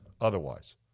otherwise